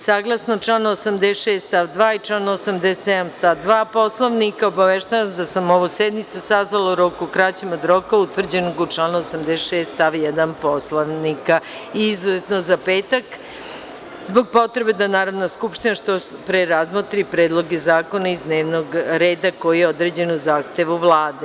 Saglasno članu 86. stav 2. i članu 87. stav 2. Poslovnika, obaveštavam vas da sam ovu sednicu sazvala u roku kraćem od roka utvrđenog u članu 86. stav 1. Poslovnika, izuzetno za petak, zbog potrebe da Narodna skupština što pre razmotri predloge zakona iz dnevnog reda, koji je određen u zahtevu Vlade.